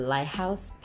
Lighthouse